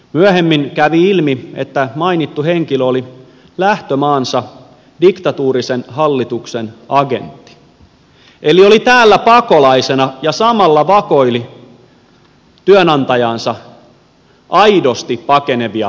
myöhemmin kävi ilmi että mainittu henkilö oli lähtömaansa diktatuurisen hallituksen agentti eli oli täällä pakolaisena ja samalla vakoili työantajaansa aidosti pakenevia maanmiehiään